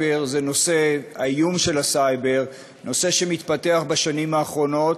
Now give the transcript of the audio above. איום הסייבר זה נושא שמתפתח בשנים האחרונות,